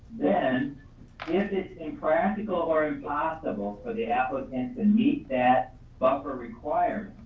then if its impractical or impossible for the applicant to meet that buffer requirement,